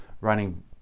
running